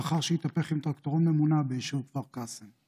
לאחר שהתהפך עם טרקטורון ממונע ביישוב כפר קאסם.